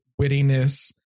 wittiness